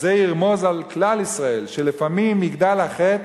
שזה ירמוז על כלל ישראל, שלפעמים יגדל החטא,